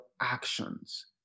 actions